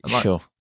Sure